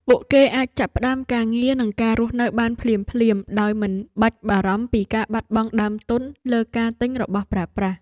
ពួកគេអាចចាប់ផ្ដើមការងារនិងការរស់នៅបានភ្លាមៗដោយមិនបាច់បារម្ភពីការបាត់បង់ដើមទុនលើការទិញរបស់ប្រើប្រាស់។